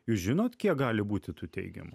jūs žinot kiek gali būti tų teigiamų